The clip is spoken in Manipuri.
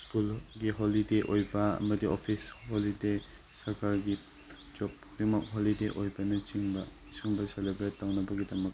ꯁ꯭ꯀꯨꯜꯒꯤ ꯍꯣꯂꯤꯗꯦ ꯑꯣꯏꯕ ꯑꯃꯗꯤ ꯑꯣꯐꯤꯁ ꯍꯣꯂꯤꯗꯦ ꯁꯔꯀꯥꯔꯒꯤ ꯖꯣꯕ ꯈꯨꯗꯤꯡꯃꯛ ꯍꯣꯂꯤꯗꯦ ꯑꯣꯏꯕꯅ ꯆꯤꯡꯕ ꯁꯨꯒꯨꯝꯕ ꯁꯦꯂꯤꯕ꯭ꯔꯦꯠ ꯇꯧꯅꯕꯒꯤꯗꯃꯛꯇ